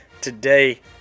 today